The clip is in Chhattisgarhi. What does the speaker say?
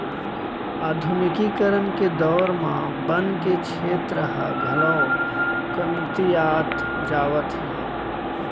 आधुनिकीकरन के दौर म बन के छेत्र ह घलौ कमतियात जावत हे